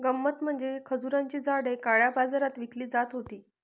गंमत म्हणजे खजुराची झाडे काळ्या बाजारात विकली जात होती